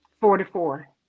forty-four